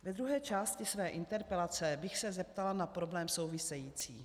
Ve druhé části své interpelace bych se zeptala na problém související.